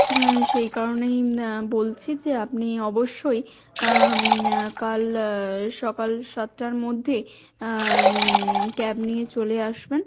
সেই কারণেই বলছি যে আপনি অবশ্যই কাল সকাল সাতটার মধ্যে ক্যাব নিয়ে চলে আসবেন